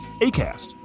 ACAST